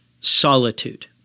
Solitude